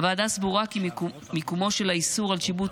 הוועדה סבורה כי מיקומו של האיסור על שיבוט